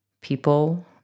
people